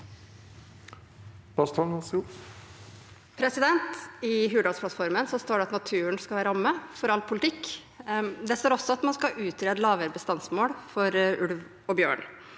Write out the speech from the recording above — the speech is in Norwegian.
I Hurdalsplattfor- men står det at naturen skal være ramme for all politikk. Det står også at man skal utrede lavere bestandsmål for ulv og bjørn,